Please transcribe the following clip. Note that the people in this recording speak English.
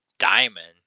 diamond